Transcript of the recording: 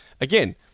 again